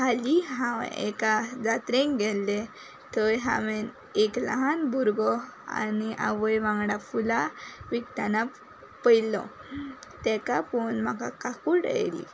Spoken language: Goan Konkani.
हालीं हांव एका जात्रेंत गेल्लें थंय हांवें एक लहान भुरगो आनी आवय वांगडा फुलां विकताना पळयल्लो ताका पळोवन म्हाका काळकूट येयली